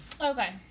Okay